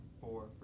four